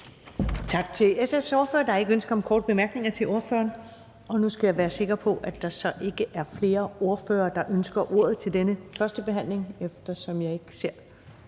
Tak til SF's ordfører. Der er ikke ønsker om korte bemærkninger til ordføreren. Nu skal jeg være sikker på, at der ikke er flere ordførere, der ønsker ordet til denne første behandling. Jeg ser ikke nogen,